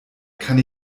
kann